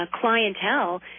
clientele